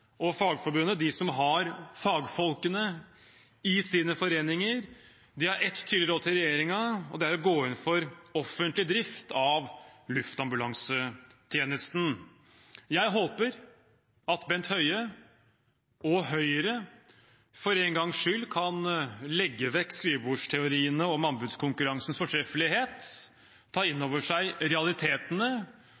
og Fagforbundet. De som har fagfolkene i sine foreninger, har et tydelig råd til regjeringen, og det er å gå inn for offentlig drift av luftambulansetjenesten. Jeg håper at Bent Høie og Høyre for en gangs skyld kan legge vekk skrivebordsteoriene om anbudskonkurransens fortreffelighet og ta inn